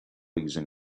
using